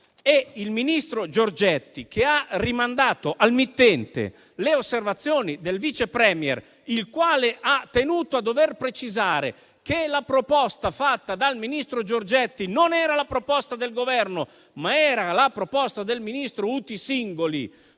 il ministro Giorgetti, che ha rimandato al mittente le osservazioni del Vice premier, il quale ha tenuto a precisare che la proposta fatta dal ministro Giorgetti non era quella del Governo, ma era del Ministro *uti singuli*,